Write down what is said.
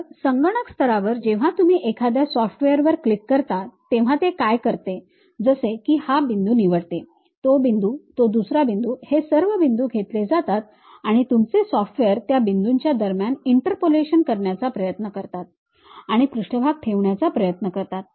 तर संगणक स्तरावर जेव्हा तुम्ही एखाद्या सॉफ्टवेअरवर क्लिक करता तेव्हा ते काय करते जसे की हा बिंदू निवडते तो बिंदू तो दुसरा बिंदू हे सर्व बिंदू घेतले जातात आणि तुमचे सॉफ्टवेअर त्या बिंदूंच्या दरम्यान इंटरपोलेशन करण्याचा प्रयत्न करतात आणि पृष्ठभाग ठेवण्याचा प्रयत्न करतात